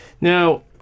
Now